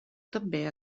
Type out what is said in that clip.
també